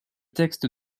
textes